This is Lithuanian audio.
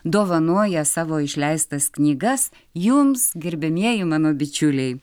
dovanoja savo išleistas knygas jums gerbiamieji mano bičiuliai